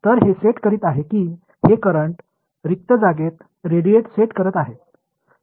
तर हे सेट करीत आहे की हे करंट रिक्त जागेत रेडिएट सेट करत आहेत